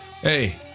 Hey